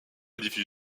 diffuse